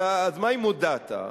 אז מה אם הודעת?